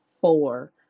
four